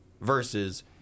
versus